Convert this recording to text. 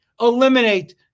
Eliminate